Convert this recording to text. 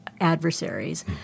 adversaries